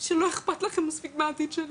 דרך אגב, היינו באותו סיפור עם אבי דיכטר.